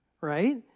right